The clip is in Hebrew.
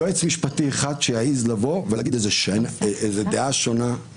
יועץ משפטי אחד שיעז לבוא ולומר דעה שונה,